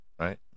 Right